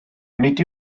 nid